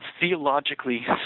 theologically